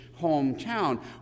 hometown